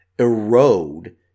Erode